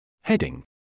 Heading